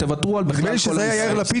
תוותרו על --- נדמה לי שזה היה יאיר לפיד